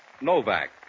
Novak